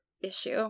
issue